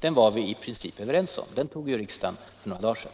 Det var vi i princip överens om — riksdagen fattade beslutet för några dagar sedan.